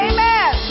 Amen